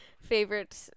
favorite